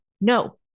No